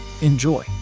enjoy